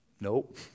Nope